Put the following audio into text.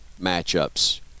matchups